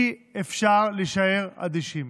אי-אפשר להישאר אדישים.